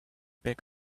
big